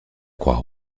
croix